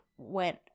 Went